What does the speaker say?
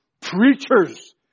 Preachers